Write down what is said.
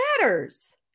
matters